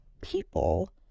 people